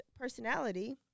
personality